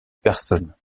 personnes